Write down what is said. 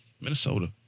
Minnesota